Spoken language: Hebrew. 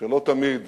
שלא תמיד